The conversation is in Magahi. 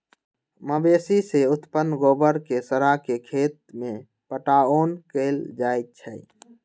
मवेशी से उत्पन्न गोबर के सड़ा के खेत में पटाओन कएल जाइ छइ